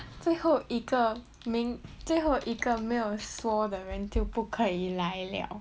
最后一个名最后一个没有说的人就不可以来了